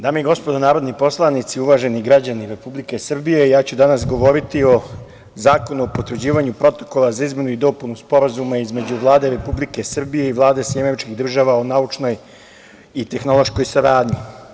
Dame i gospodo narodni poslanici, uvaženi građani Republike Srbije, ja ću danas govoriti o zakonu o potvrđivanju Protokola za izmenu i dopunu Sporazuma između Vlade Republike Srbije i Vlade SAD o naučnoj i tehnološkoj saradnji.